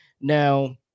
Now